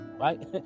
right